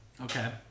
Okay